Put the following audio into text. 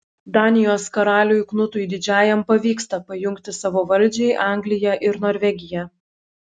danijos karaliui knutui didžiajam pavyksta pajungti savo valdžiai angliją ir norvegiją